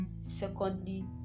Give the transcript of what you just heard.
secondly